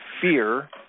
fear